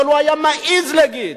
שלא היה מעז להגיד,